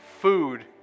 food